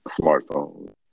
smartphones